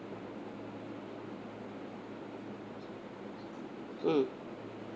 mm